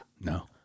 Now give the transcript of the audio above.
No